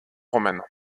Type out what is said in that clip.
romaine